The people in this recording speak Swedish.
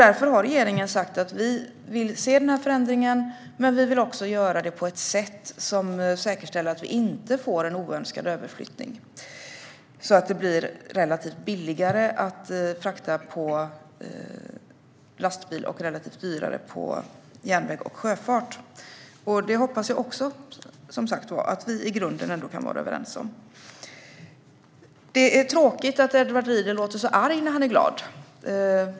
Därför har regeringen sagt att vi vill se den här förändringen. Men vi vill också göra det på ett sätt som säkerställer att vi inte får en oönskad överflyttning så att det blir relativt billigare att frakta på lastbil och relativt dyrare med järnväg och sjöfart. Det hoppas jag att vi i grunden ändå kan vara överens om. Det är tråkigt att Edward Riedl låter så arg när han är glad.